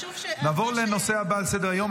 נעבור לנושא הבא על סדר-היום,